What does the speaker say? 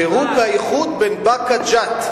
פירוק האיחוד בין באקה ג'ת.